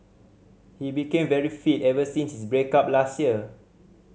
he became very fit ever since his break up last year